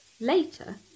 later